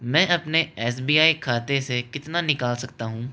मैं अपने S B I खाते से कितना निकाल सकता हूँ